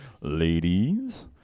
ladies